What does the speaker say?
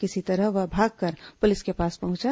किसी तरह वह भाग कर पुलिस के पास पहुंचा